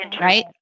right